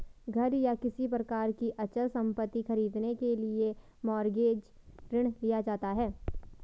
घर या किसी प्रकार की अचल संपत्ति खरीदने के लिए मॉरगेज ऋण लिया जाता है